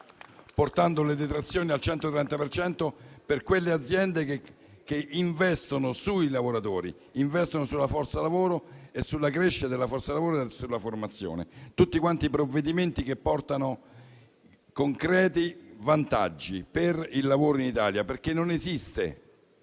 portando le detrazioni al 130 per cento per quelle aziende che investono sui lavoratori, sulla forza lavoro, sulla crescita della forza lavoro e sulla formazione. Sono tutti provvedimenti che portano concreti vantaggi per il lavoro in Italia, perché non esiste